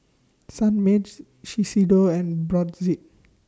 Sunmaid Shiseido and Brotzeit